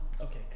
okay